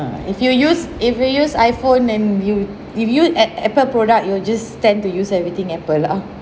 if you use if you use iPhone then you if you at Apple product you will just tend to use everything Apple lah